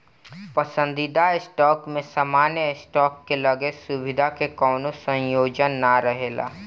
पसंदीदा स्टॉक में सामान्य स्टॉक के लगे सुविधा के कवनो संयोजन ना रहेला